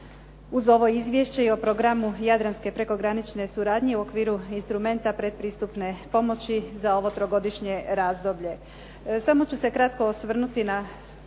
uz ovo izvješće i o programu jadranske prekogranične suradnje u okviru instrumenta pretpristupne pomoći za ovo trogodišnje razdoblje. Samo ću se kratko osvrnuti na